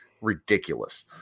Ridiculous